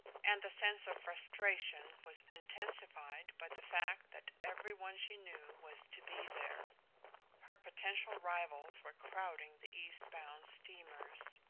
and the sense of frustration was intensified by the fact that every one she knew was to be there her potential rivals were crowding the east-bound steamers.